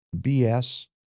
BS